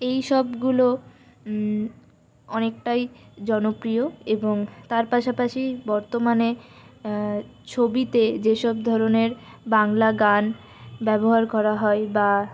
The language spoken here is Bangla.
এইসবগুলো অনেকটাই জনপ্রিয় এবং তার পাশাপাশি বর্তমানে ছবিতে যেসব ধরনের বাংলা গান ব্যবহার করা হয় বা